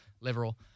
liberal